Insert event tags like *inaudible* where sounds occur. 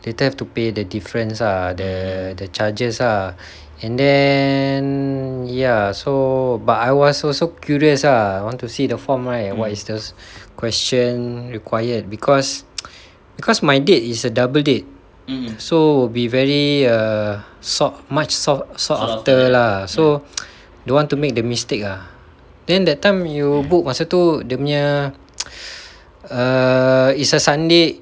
later have to pay the difference ah the the charges ah and then ya so but I was also curious ah I want to see the form right and what is this question required because *noise* because my date is a double date so will be very err sought much sought sought after lah so don't want to make the mistake ah then that time you book masa tu nya *noise* err it's a sunday